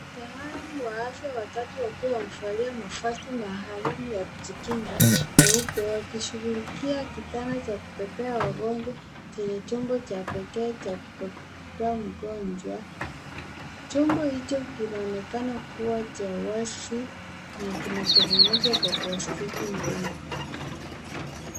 Wataalam watatu wa afya wakiwa wamevalia mavazi maalum ya kujikinga meupe wakishughulikia kitanda cha kubebea wagonjwa chenye chombo cha kubebea mgonjwa. Chombo hicho kinaonekana kuwa cha wazi na kimetengenezwa kwa plastiki ngumu.